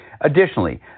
Additionally